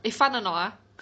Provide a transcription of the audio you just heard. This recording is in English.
eh fun a not ah